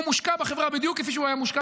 הוא מושקע בחברה בדיוק כפי שהוא היה מושקע